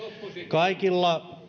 kaikilla